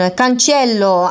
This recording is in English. cancello